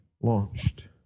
launched